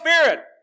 Spirit